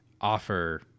offer